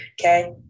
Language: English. okay